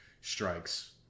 strikes